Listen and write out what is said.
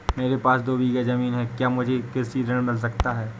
मेरे पास दो बीघा ज़मीन है क्या मुझे कृषि ऋण मिल सकता है?